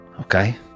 Okay